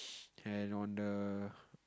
and on the